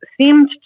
seemed